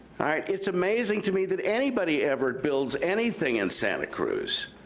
alright, it's amazing to me that anybody ever builds anything in santa cruz.